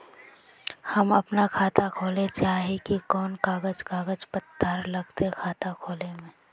हम अपन खाता खोले चाहे ही कोन कागज कागज पत्तार लगते खाता खोले में?